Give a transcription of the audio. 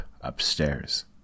upstairs